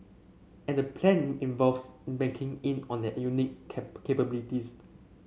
and the plan involves banking in on their unique cap capabilities